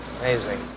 amazing